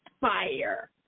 Fire